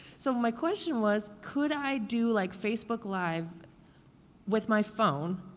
so my question was could i do like facebook live with my phone,